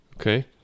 okay